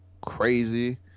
crazy